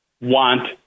want